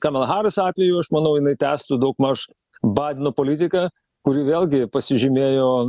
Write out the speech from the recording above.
kamela haris atveju aš manau jinai tęstų daugmaž baideno politiką kuri vėlgi pasižymėjo